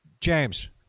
James